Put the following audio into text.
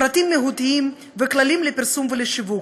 פרטים מהותיים וכללים לפרסום ולשיווק,